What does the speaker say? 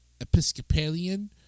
Episcopalian